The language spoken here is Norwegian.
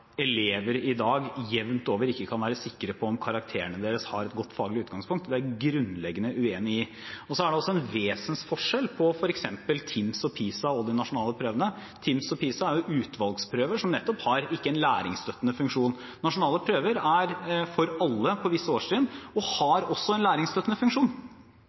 elever i dag jevnt over ikke kan være sikre på om karakterene deres har et godt faglig utgangspunkt. Det er jeg grunnleggende uenig i. Og så er det en vesensforskjell på f.eks. TIMSS og PISA og de nasjonale prøvene. TIMSS og PISA er jo utvalgsprøver som nettopp har en ikke læringsstøttende funksjon. Nasjonale prøver er for alle på visse årstrinn og har også en læringsstøttende funksjon.